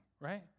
right